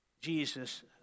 Jesus